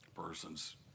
Person's